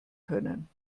können